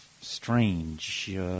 strange